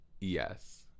Yes